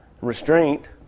Restraint